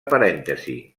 parèntesis